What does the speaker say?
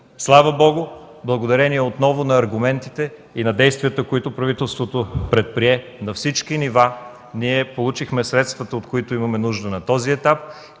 Слава Богу, благодарение отново на аргументите и на действията, които правителството предприе на всички нива, ние получихме средствата, от които имаме нужда на този етап.